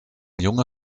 junge